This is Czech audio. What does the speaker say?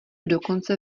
dokonce